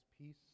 peace